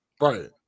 right